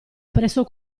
presso